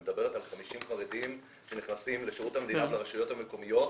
מדברת על 50 חרדים שנכנסים לשירות המדינה ברשויות המקומיות.